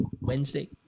Wednesday